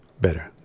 better